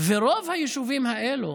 ורוב היישובים האלה